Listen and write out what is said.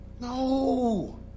No